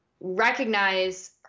recognize